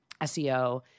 SEO